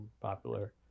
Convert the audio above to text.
Popular